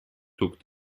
took